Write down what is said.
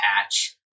patch